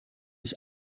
ich